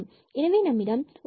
எனவே நம்மிடம் 1λ±12